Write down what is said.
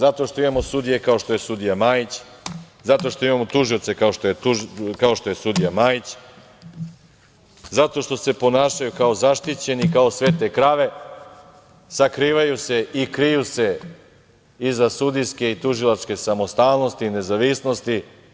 Pa, moguće je, zato što imamo sudije kao što je sudija Majić, zato što imamo tužioce kao što je sudija Majić, zato što se ponašaju kao zaštićeni, kao svete krave, sakrivaju se i kriju se iza sudijske i tužilačke samostalnosti i nezavisnosti.